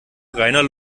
reiner